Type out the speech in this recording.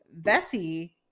vessi